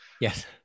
Yes